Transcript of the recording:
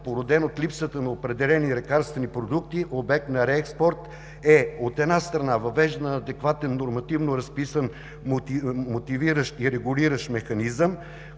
породен от липсата на определени лекарствени продукти – обект на реекспорт, е, от една страна, въвеждането на адекватен, нормативно разписан, мотивиращ и регулиращ механизъм,